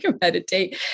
meditate